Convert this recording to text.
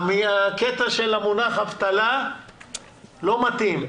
הקטע של המונח אבטלה לא מתאים,